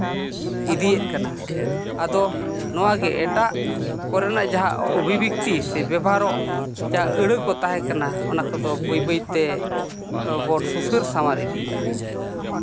ᱤᱫᱤᱭᱮᱫ ᱠᱟᱱᱟ ᱟᱫᱚ ᱱᱚᱣᱟ ᱜᱮ ᱮᱴᱟᱜ ᱠᱚᱨᱮᱱᱟᱜ ᱡᱟᱦᱟᱸ ᱚᱵᱷᱤᱵᱮᱠᱛᱤ ᱥᱮ ᱵᱮᱵᱚᱦᱟᱨᱚᱜ ᱡᱟᱦᱟᱸ ᱟᱹᱲᱟᱹ ᱠᱚ ᱛᱟᱦᱮᱸ ᱠᱟᱱᱟ ᱚᱱᱟ ᱠᱚᱫᱚ ᱵᱟᱹᱭ ᱵᱟᱹᱭᱛᱮ ᱵᱚᱱ ᱥᱩᱥᱟᱹᱨ ᱥᱟᱶᱟᱨ ᱤᱫᱤᱭᱮᱫᱼᱟ